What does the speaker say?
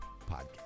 podcast